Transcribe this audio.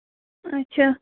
اَچھا